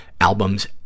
albums